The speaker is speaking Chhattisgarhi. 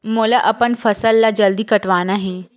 मोला अपन फसल ला जल्दी कटवाना हे?